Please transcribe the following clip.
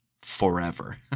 forever